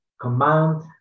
command